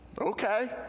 okay